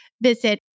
visit